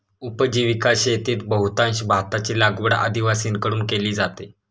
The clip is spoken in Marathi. उपजीविका शेतीत बहुतांश भाताची लागवड आदिवासींकडून केली जाते